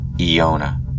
Iona